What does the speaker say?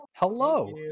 Hello